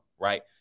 right